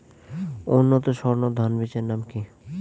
উন্নত সর্ন ধান বীজের নাম কি?